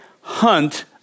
hunt